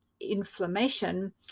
inflammation